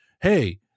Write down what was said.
hey